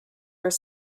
were